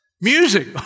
Music